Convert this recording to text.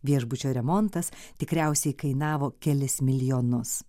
viešbučio remontas tikriausiai kainavo kelis milijonus